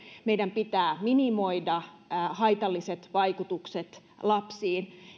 meidän pitää minimoida haitalliset vaikutukset lapsiin